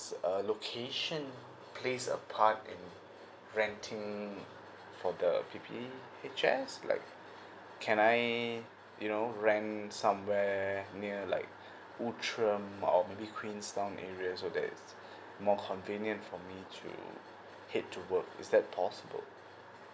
uh location plays apart and renting for the P_P_H_S like can I you know rent somewhere near like outram or maybe queenstown area so that is more convenient for me to head to work is that possible